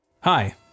Hi